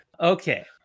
Okay